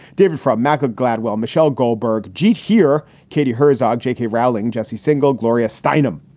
david frum, malcolm gladwell, michelle goldberg geat here. katie herzog, j k. rowling, jesse singel, gloria steinem